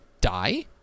die